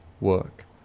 work